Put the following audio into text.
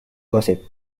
gossip